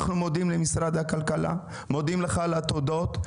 אנחנו מודים למשרד הכלכלה ומודים לך על התודות.